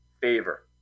favor